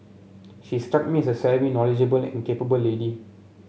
she struck me as a savvy knowledgeable and capable lady